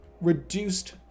reduced